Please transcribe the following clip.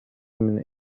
minute